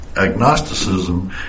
agnosticism